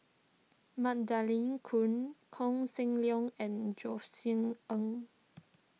Magdalene Khoo Koh Seng Leong and Josef Ng